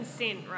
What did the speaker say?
right